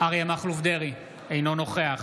אריה מכלוף דרעי, אינו נוכח